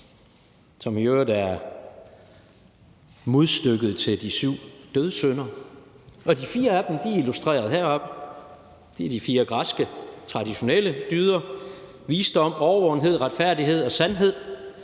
som i øvrigt er modstykket til de syv dødssynder, og de fire af dem er illustreret heroppe – det er de fire græske traditionelle dyder: visdom, årvågenhed, retfærdighed og sandhed.